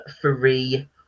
three